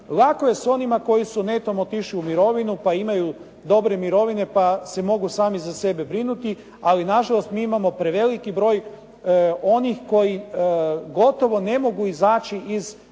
Lako je s onima koji su netom otišli u mirovinu pa imaju dobre mirovine pa se mogu sami za sebe brinuti, ali nažalost mi imamo preveliki broj onih koji gotovo ne mogu izaći iz